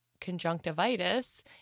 conjunctivitis